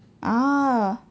ah